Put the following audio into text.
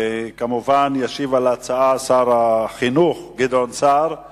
הצעות לסדר-היום שמספרן 1905,